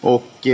Och